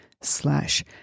slash